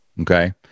Okay